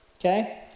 okay